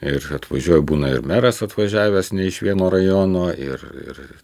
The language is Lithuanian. ir atvažiuoja būna ir meras atvažiavęs ne iš vieno rajono ir